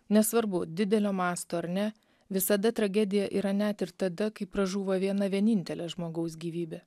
nesvarbu didelio masto ar ne visada tragedija yra net ir tada kai pražūva viena vienintelė žmogaus gyvybė